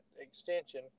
extension